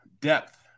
depth